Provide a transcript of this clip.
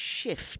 shift